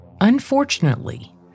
Unfortunately